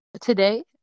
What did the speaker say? Today